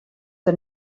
der